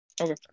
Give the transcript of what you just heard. Okay